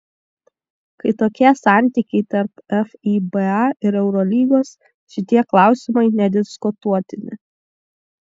kai tokie santykiai tarp fiba ir eurolygos šitie klausimai nediskutuotini